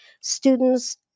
students